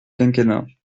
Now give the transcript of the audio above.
quinquennat